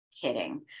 kidding